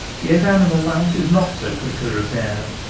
yet animal life is not so quickly re paired.